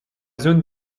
zone